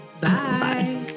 bye